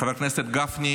חבר הכנסת גפני,